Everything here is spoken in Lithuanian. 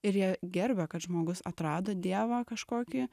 ir jie gerbia kad žmogus atrado dievą kažkokį